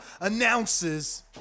announces